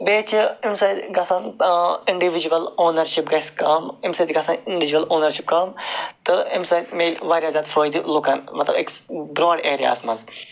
بیٚیہِ چھِ اَمہِ سۭتۍ گَژھان اِنڈِوِجول اونرشِپ گَژھِ کَم اَمہِ سۭتۍ گَژھن اِنڈوجول اونرشِپ کَم تہٕ اَمہِ سٍتۍ میٚلہِ وارِیاہ زیادٕ فٲیدٕ لُکن مطلب أکِس برٛاڈ ایرِیاہس منٛز